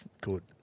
good